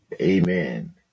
amen